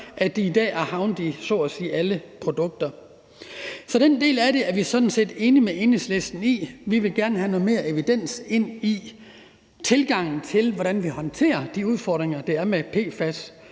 at de i dag er havnet i så at sige alle produkter. Så den del af det er vi sådan set enige med Enhedslisten i. Vi vil gerne have noget mere evidens ind i tilgangen til, hvordan vi håndterer de udfordringer, der er med PFAS